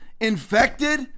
infected